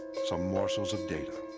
some morsels of data.